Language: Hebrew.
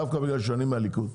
דווקא בגלל שאני מהליכוד,